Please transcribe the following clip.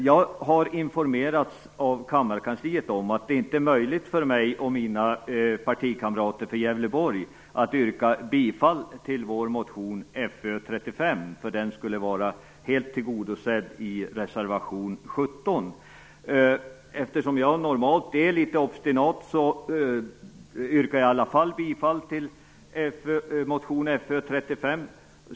Jag har informerats av kammarkansliet om att det inte är möjligt för mig och mina partikamrater från Gävleborg att yrka bifall till vår motion Eftersom jag normalt är litet obstinat yrkar jag i alla fall bifall till motion Fö35.